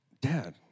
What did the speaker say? dad